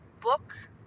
book